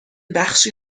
بخشی